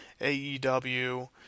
AEW